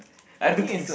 I don't think so